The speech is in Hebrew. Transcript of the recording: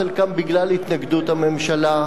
חלקן, בגלל התנגדות הממשלה,